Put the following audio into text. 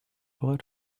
what